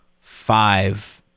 five